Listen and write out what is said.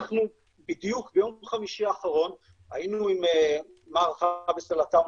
אנחנו בדיוק ביום חמישי האחרון היינו עם מר חאבס אלעטאונה,